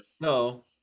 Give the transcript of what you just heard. No